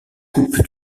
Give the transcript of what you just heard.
coupe